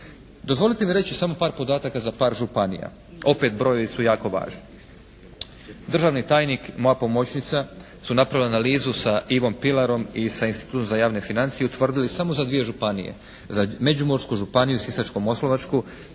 Dozvolite mi reći samo par podataka za par županija, opet brojevi su jako važni. Državni tajnik, moja pomoćnica su napravili analizu sa Ivom Pilarom i sa Institutom za javne financije i utvrdili samo za dvije županije, za Međimursku županiju, Sisačko-moslavačku.